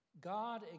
God